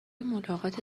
ملاقات